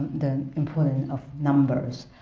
the importance of numbers.